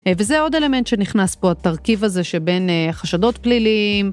וזה העוד אלמנט שנכנס פה, התרכיב הזה שבין חשדות פלילים...